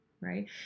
right